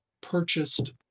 purchased